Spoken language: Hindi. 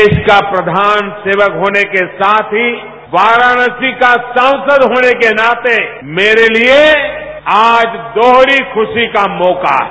देश का प्रधान सेवक होने के साथ ही वाराणसी का सांसद होने के नाते मेरे लिए आज दोहरी खरी का मौका है